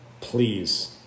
Please